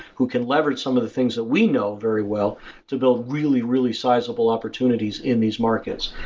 who can leverage some of the things that we know very well to build really, really sizeable opportunities in these markets.